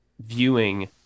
viewing